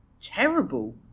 terrible